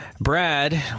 Brad